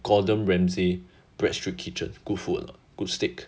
gordon ramsay bread street kitchen good food or not good steak